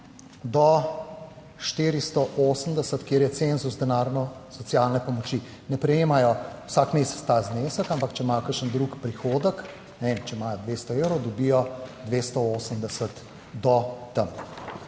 do 480, kjer je cenzus denarne socialne pomoči. Ne prejemajo vsak mesec ta znesek, ampak če imajo kakšen drug prihodek, ne vem, če imajo 200 evrov, dobijo 280 do tam.